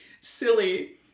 silly